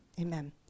Amen